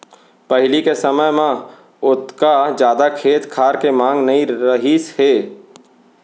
पहिली के समय म ओतका जादा खेत खार के मांग नइ रहिस हे